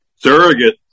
Surrogate